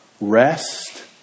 rest